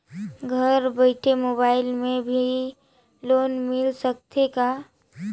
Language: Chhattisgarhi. घर बइठे मोबाईल से भी लोन मिल सकथे का?